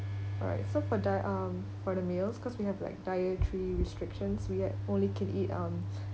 alright so for die~ um for the meals cause we have like dietary restrictions we had only can eat um